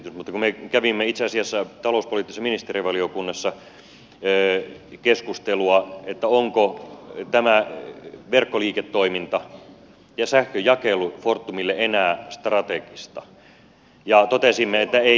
mutta me kävimme itse asiassa talouspoliittisessa ministerivaliokunnassa keskustelua onko tämä verkkoliiketoiminta ja sähkönjakelu fortumille enää strategista ja totesimme että ei ole